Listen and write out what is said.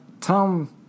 Tom